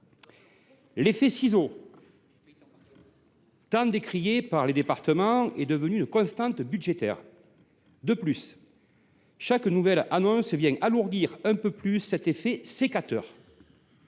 L’effet de ciseaux tant décrié par les départements est devenu une constante budgétaire et chaque nouvelle annonce alourdit un peu plus cet effet « de sécateur